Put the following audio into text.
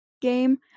game